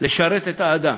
לשרת את האדם,